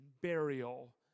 burial